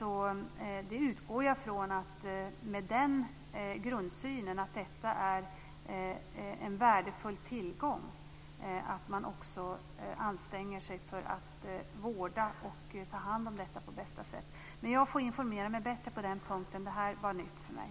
Jag utgår ifrån att man med den grundsynen, att detta är en värdefull tillgång, också anstränger sig för att vårda och ta hand om filmarvet på bästa sätt. Men jag får informera mig mer på den punkten, för det här var nytt för mig.